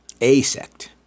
asect